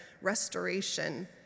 restoration